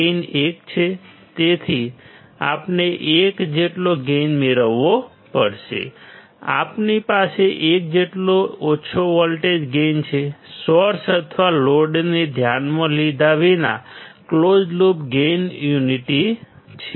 gain 1 છે તેથી આપણે 1 જેટલો ગેઇન મેળવવો પડશે આપણી પાસે 1 જેટલો એવો વોલ્ટેજ ગેઇન છે સોર્સ અથવા લોડને ધ્યાનમાં લીધા વિના ક્લોઝ લૂપ ગેઇન યુનિટી છે